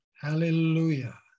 hallelujah